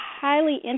highly